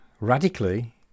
radically